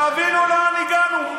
תבינו לאן הגענו.